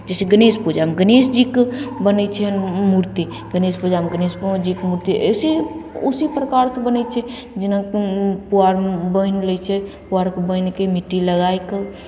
जैसे गणेश पूजामे गणेश जीके बनय छन्हि मूर्ति गणेश पूजामे गणेश जीके मूर्ति अइसे ही उसी प्रकारसँ बनय छै जेना पुआरमे बान्हि लै छै पुआर बान्हिके मिट्टी लगाइके